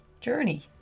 journey